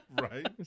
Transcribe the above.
Right